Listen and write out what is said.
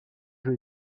jeu